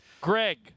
Greg